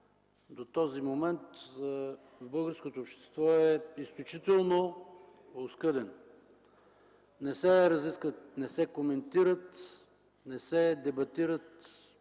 земя в българското общество е изключително оскъден. Не се разискват, не се коментират, не се дебатират